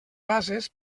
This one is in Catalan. bases